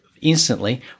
instantly